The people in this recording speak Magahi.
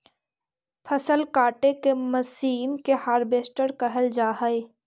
फसल काटे के मशीन के हार्वेस्टर कहल जा हई